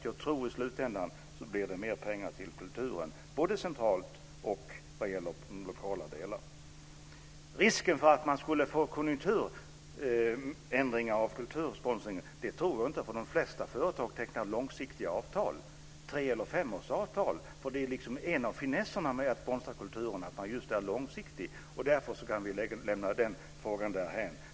Jag tror att det blir mer pengar till kulturen i slutändan både centralt och lokalt. Jag tror inte att man skulle få konjunkturändringar av kultursponsringen. De flesta företag tecknar långsiktiga avtal - tre eller femårsavtal. En av finesserna med att sponsra kulturen är just att man är långsiktig. Därför kan vi lämna den frågan därhän.